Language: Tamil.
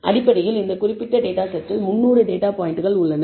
எனவே அடிப்படையில் இந்த குறிப்பிட்ட டேட்டா செட்டில் 300 டேட்டா பாயிண்டுகள் உள்ளன